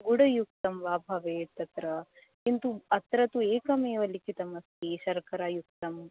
गुडयुक्तं वा भवेत् तत्र किन्तु अत्र तु एकमेव लिखितम् अस्ति शर्करायुक्तम्